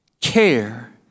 care